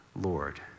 Lord